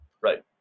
Right